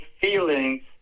feelings